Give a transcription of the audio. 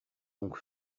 donc